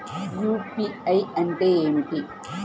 UPI అంటే ఏమిటి?